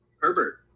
Herbert